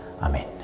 Amen